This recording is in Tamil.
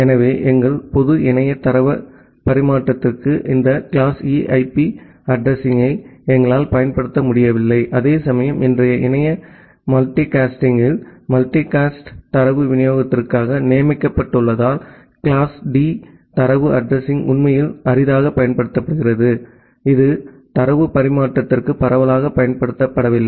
எனவே எங்கள் பொது இணைய தரவு பரிமாற்றத்திற்கு இந்த கிளாஸ்E ஐபி அட்ரஸிங் யை எங்களால் பயன்படுத்த முடியவில்லை அதேசமயம் இன்றைய இணைய மல்டிகாஸ்டில் மல்டிகாஸ்ட் தரவு விநியோகத்திற்காக நியமிக்கப்பட்டுள்ளதால் கிளாஸ்டி தரவு அட்ரஸிங் உண்மையில் அரிதாகவே பயன்படுத்தப்படுகிறது இது தரவு பரிமாற்றத்திற்கு பரவலாக பயன்படுத்தப்படவில்லை